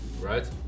right